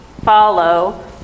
follow